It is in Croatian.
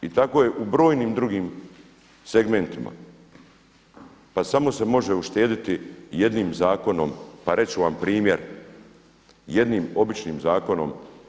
I tako je u brojnim drugim segmentima, pa samo se može uštediti jednim zakonom, pa reći ću vam primjer, jednim običnim zakonom.